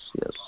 yes